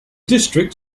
district